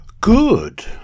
Good